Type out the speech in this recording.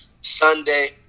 Sunday